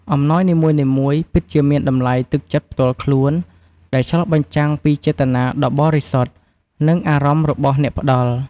អំណោយនីមួយៗពិតជាមាន តម្លៃទឹកចិត្តផ្ទាល់ខ្លួន ដែលឆ្លុះបញ្ចាំងពីចេតនាដ៏បរិសុទ្ធ និងអារម្មណ៍របស់អ្នកផ្ដល់។